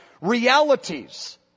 realities